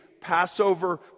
Passover